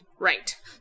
Right